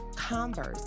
Converse